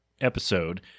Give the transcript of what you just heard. episode